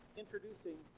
introducing